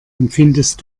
empfindest